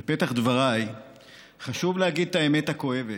בפתח דבריי חשוב להגיד את האמת הכואבת,